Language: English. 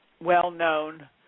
well-known